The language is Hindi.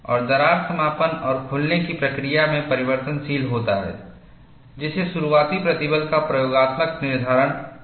और दरार समापन और खुलने की प्रक्रिया में परिवर्तनशील होता है जिससे शुरुआती प्रतिबल का प्रयोगात्मक निर्धारण मुश्किल हो जाता है